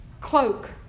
cloak